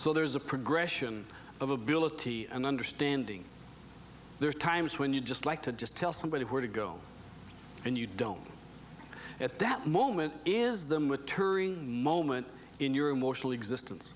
so there is a progression of ability and understanding there are times when you just like to just tell somebody where to go and you don't at that moment is them with turning moment in your emotional existence